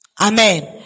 Amen